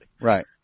Right